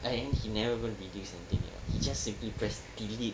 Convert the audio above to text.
and he never even reduce anything yet he just simply press delete